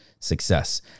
success